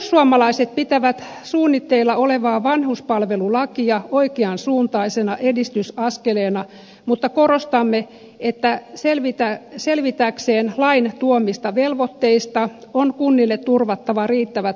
perussuomalaiset pitävät suunnitteilla olevaa vanhuspalvelulakia oikean suuntaisena edistysaskeleena mutta korostamme että jotta kunnat selviäisivät lain tuomista velvoitteista on niille turvattava riittävät resurssit